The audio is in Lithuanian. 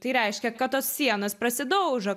tai reiškia kad tos sienos prasidaužo